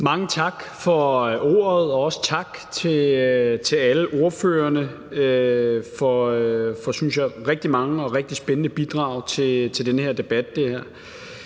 Mange tak for ordet, og også tak til alle ordførerne for rigtig mange og, synes jeg, rigtig spændende bidrag til den her debat.